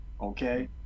okay